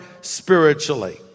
spiritually